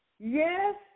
Yes